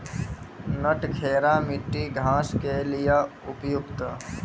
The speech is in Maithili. नटखेरा मिट्टी घास के लिए उपयुक्त?